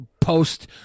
post